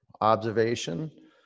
Observation